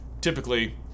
typically